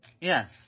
Yes